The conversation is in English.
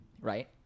right